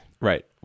Right